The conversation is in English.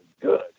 good